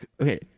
Okay